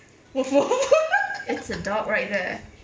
woof woof